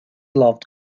loved